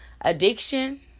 Addiction